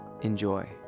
Enjoy